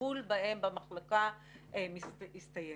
שהטיפול בהם במחלקה הסתיים.